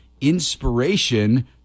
inspiration